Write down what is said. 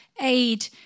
aid